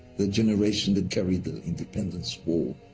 the generation that carried the independence war,